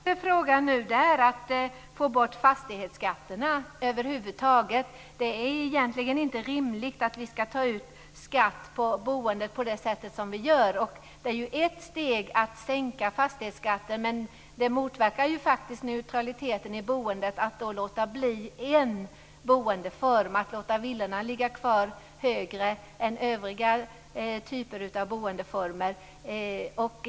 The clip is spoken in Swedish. Fru talman! Den viktigaste frågan nu är att få bort fastighetsskatterna över huvud taget. Det är egentligen inte rimligt att vi skall ta ut skatt på boende på det sätt som vi gör. Ett steg är att sänka fastighetsskatten, men det motverkar faktiskt neutraliteten i boendet att då låta skatten för en boendeform, villorna, ligga kvar högre än för övriga typer av boendeformer.